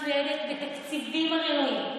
מצוידת בתקציבים הראויים,